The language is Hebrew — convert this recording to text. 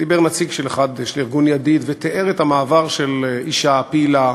דיבר נציג של ארגון "ידיד" ותיאר את המעבר של אישה פעילה,